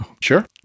Sure